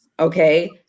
okay